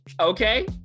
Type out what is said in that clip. Okay